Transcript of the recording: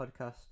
podcast